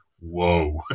whoa